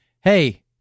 Hey